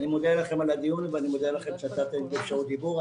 מודה לכם על הדיון ואני מודה לכם שנתתם לי אפשרות דיבור.